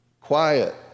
quiet